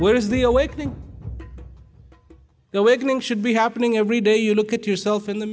where is the awakening the wiggling should be happening every day you look at yourself in the